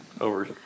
over